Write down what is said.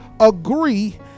Agree